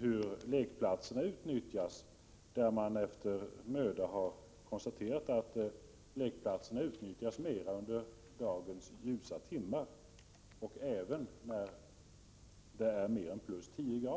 hur lekplatserna utnyttjas. Efter möda konstaterar man att lekplatserna utnyttjas mera under dagens ljusa timmar och även när det är mer än +10”.